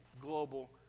global